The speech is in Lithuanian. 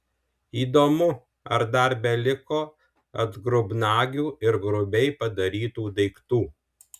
įdomu ar dar beliko atgrubnagių ir grubiai padarytų daiktų